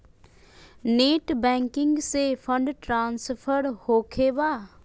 Net banking से fund transfer होखें बा?